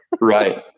Right